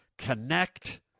connect